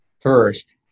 first